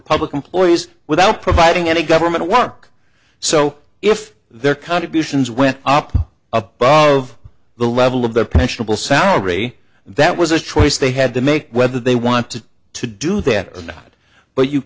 public employees without providing any government work so if their contributions went up above the level of their pensionable salary that was a choice they had to make whether they want to to do that or not but you